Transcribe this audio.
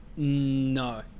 No